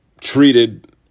treated